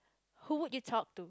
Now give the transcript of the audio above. who would you talk to